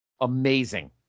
amazing